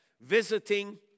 visiting